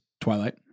Twilight